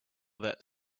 that